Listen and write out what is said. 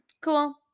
cool